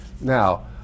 Now